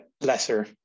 lesser